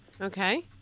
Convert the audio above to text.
Okay